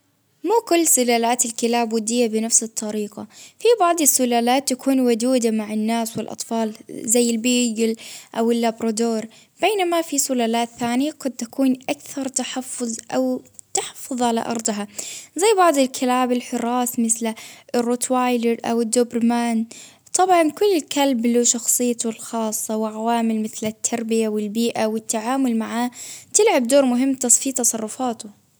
مو كل سلالات الكلاب والدياب بنفس الطريقة، في بعض السلالات تكون ودودة مع الناس والأطفال، زي البيجل أو اللابلادور، بينما في سلالات ثانية قد تكون أكثر تحفظ ،أو تحفظ علي أرضها، زي بعض الكلاب الحراس، مثل الروتوايلل، أو الدوبرومان، طبعا كل كلب له شخصيته الخاصة، وعوامل مثل التربية، والبيئة والتعامل معاه ،تلعب دور مهم بس في تصرفاته.